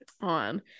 on